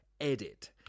Edit